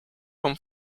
con